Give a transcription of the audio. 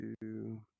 Two